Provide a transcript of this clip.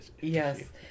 Yes